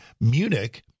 Munich